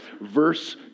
verse